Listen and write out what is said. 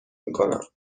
میکنم